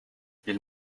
ils